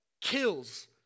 kills